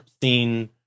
seen